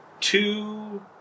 two